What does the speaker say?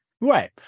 right